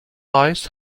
eyes